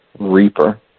Reaper